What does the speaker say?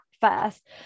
first